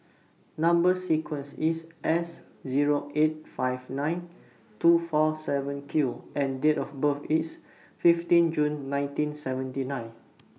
Number sequence IS S Zero eight five nine two four seven Q and Date of birth IS fifteen June nineteen seventy nine